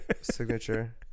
Signature